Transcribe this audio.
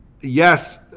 Yes